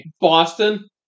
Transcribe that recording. Boston